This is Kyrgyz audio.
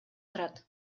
турат